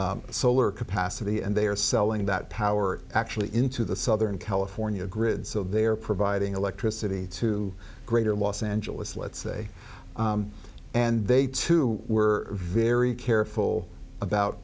c solar capacity and they are selling that power actually into the southern california grid so they're providing electricity to greater los angeles let's say and they too were very careful about